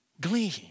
glean